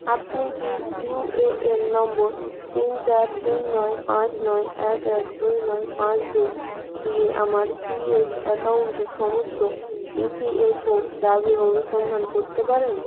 আপনি কি UAN number তিন চার তিন নয় পাঁচ নয় এক এক দুই নয় পাঁচ দুই দিয়ে আমার পিএফ অ্যাকাউন্টের সমস্ত ইফিএফও দাবির অনুসন্ধান করতে পারেন